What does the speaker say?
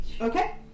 Okay